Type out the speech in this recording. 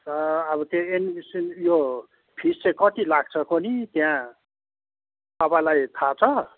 अब त्यो एडमिसन यो फिस चाहिँ कति लाग्छ कुन्नि त्यहाँ तपाईँलाई थाहा छ